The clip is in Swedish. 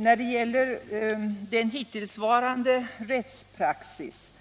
När det gäller hittillsvarande rättspraxis